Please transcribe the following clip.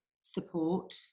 support